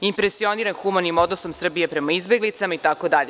Impresioniran je humanim odnosom Srbije prema izbeglicama itd.